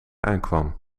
aankwam